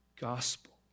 gospel